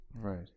Right